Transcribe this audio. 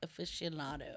aficionado